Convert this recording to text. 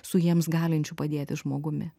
su jiems galinčiu padėti žmogumi